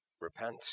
repent